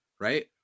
right